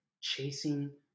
chasing